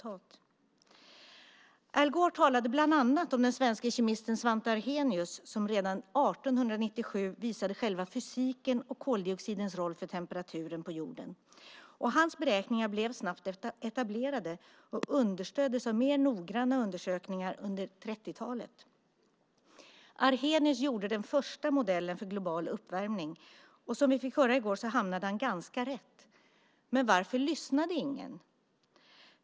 Al Gore talade bland annat om den svenske kemisten Svante Arrhenius som redan 1897 visade på själva fysiken och på koldioxidens roll för temperaturen på jorden. Hans beräkningar blev snabbt etablerade och understöddes av mer noggranna undersökningar under 1930-talet. Arrhenius gjorde den första modellen för global uppvärmning. Som vi fick höra i går hamnade han ganska rätt. Men varför har ingen lyssnat?